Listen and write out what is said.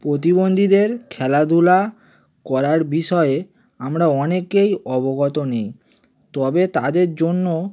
প্রতিবন্ধীদের খেলাধুলা করার বিষয়ে আমরা অনেকেই অবগত নেই তবে তাদের জন্য